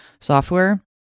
software